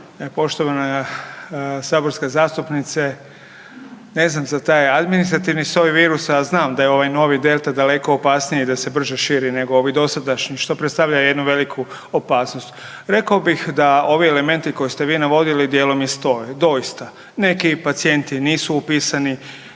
Poštovana saborska zastupnice, ne znam za taj administrativni soj virusa, a znam da je ovaj novi Delta daleko opasniji i da se brže širi nego ovi dosadašnji što predstavlja jednu veliku opasnost. Rekao bih da ovi elementi koje ste vi navodili djelom i stoje. Doista, neki pacijenti i nisu upisani,